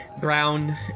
brown